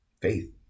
faith